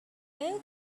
both